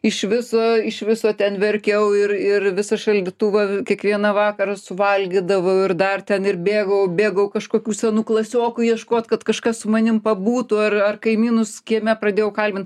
iš viso iš viso ten verkiau ir ir visą šaldytuvą kiekvieną vakarą suvalgydavau ir dar ten ir bėgau bėgau kažkokių senų klasiokų ieškot kad kažkas su manim pabūtų ar ar kaimynus kieme pradėjau kalbint